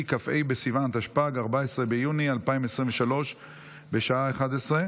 בעד, שלושה, אחד נגד.